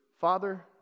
father